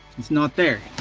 it's not there.